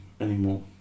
anymore